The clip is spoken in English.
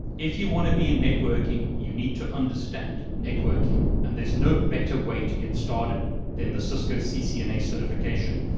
if you want to be in networking, you need to understand networking, and there's no better way to get started than the cisco ccna certification.